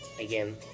again